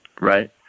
Right